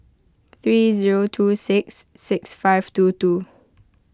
three zero two six six five two two